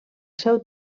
seu